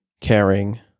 caring